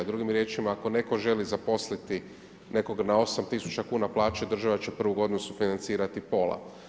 Drugim riječima, ako netko želi zaposliti, nekog na 8000 kuna plaće, država će 1 godinu sufinancirati pola.